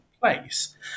place